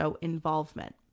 involvement